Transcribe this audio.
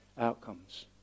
outcomes